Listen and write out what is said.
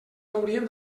hauríem